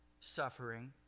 suffering